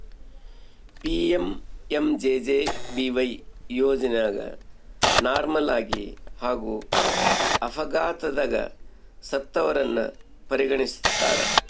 PMMJJBY ಯೋಜನೆಗ ನಾರ್ಮಲಾಗಿ ಹಾಗೂ ಅಪಘಾತದಗ ಸತ್ತವರನ್ನ ಪರಿಗಣಿಸ್ತಾರ